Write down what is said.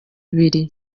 ibiri